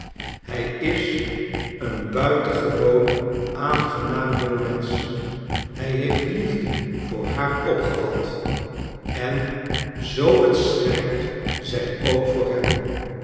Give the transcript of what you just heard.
hij is een buitengewoon aangenaam jongmensch hij heeft liefde voor haar opgevat en zoo het schijnt zij ook voor hem